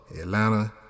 Atlanta